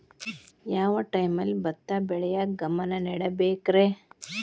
ಯಾವ್ ಟೈಮಲ್ಲಿ ಭತ್ತ ಬೆಳಿಯಾಕ ಗಮನ ನೇಡಬೇಕ್ರೇ?